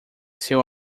seu